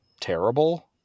terrible